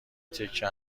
تکه